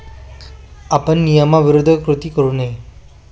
आपण नियमाविरुद्ध कृती करू नये